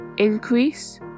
increase